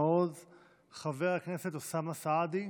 חבר הכנסת אוסאמה סעדי,